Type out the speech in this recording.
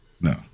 No